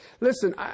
Listen